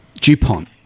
DuPont